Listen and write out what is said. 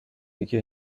یکی